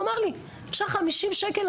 והוא אמר לי: ״אפשר 50 שקלים?